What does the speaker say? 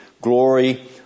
glory